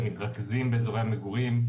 הם מתרכזים באזורי המגורים.